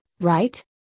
right